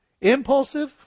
Impulsive